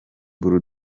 bull